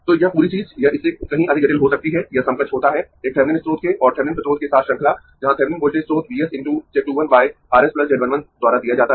तो यह पूरी चीज यह इससे कहीं अधिक जटिल हो सकती है यह समकक्ष होता है एक थेविनिन स्रोत के और थेविनिन प्रतिरोध के साथ श्रृंखला जहां थेविनिन वोल्टेज स्रोत V s × Z 2 1 by R s Z 1 1 द्वारा दिया जाता है